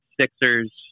Sixers